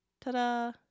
ta-da